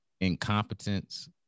incompetence